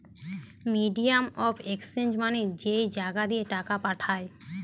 medium of exchange মানে যেই জাগা দিয়ে টাকা পাঠায়